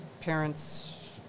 parents